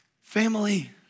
family